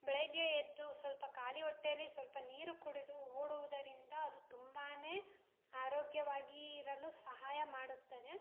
ಬೆಳಗ್ಗೆ ಎದ್ದು ಸ್ವಲ್ಪ ಖಾಲಿ ಹೊಟ್ಟೇಲಿ ಸ್ವಲ್ಪ ನೀರು ಕುಡಿದು ಓಡುವುದರಿಂದ ಅದು ತುಂಬಾ ಆರೋಗ್ಯವಾಗಿ ಇರಲು ಸಹಾಯ ಮಾಡುತ್ತದೆ